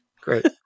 Great